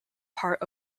part